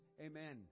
amen